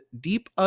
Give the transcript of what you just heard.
deep